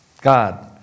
God